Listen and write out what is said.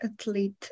athlete